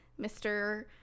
Mr